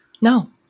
no